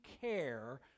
care